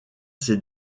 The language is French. ses